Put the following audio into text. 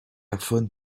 aphone